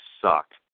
suck